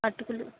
అటుకులు